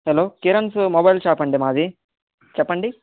hello Kiran's mobile shop అండి మాది చెప్పండి